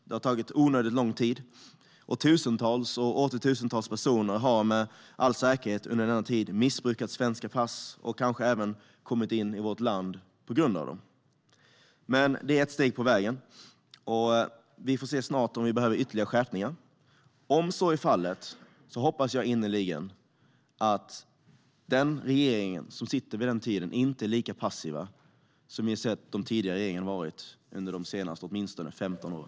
Det har tagit onödigt lång tid, och många tusentals personer har med all säkerhet under denna tid missbrukat svenska pass och kanske även kommit in i vårt land på grund av dem. Men detta är ett steg på vägen, och vi får snart se om vi behöver ytterligare skärpningar. Om så är fallet hoppas jag innerligen att den regering som då sitter vid makten inte är lika passiv som vi har sett tidigare regeringar vara åtminstone under de senaste 15 åren.